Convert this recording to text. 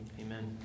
Amen